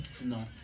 no